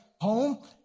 home